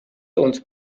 und